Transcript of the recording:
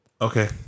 Okay